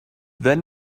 then